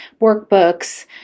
workbooks